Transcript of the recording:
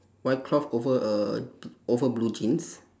white cloth over a over blue jeans